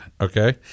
okay